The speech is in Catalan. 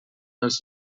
els